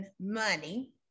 money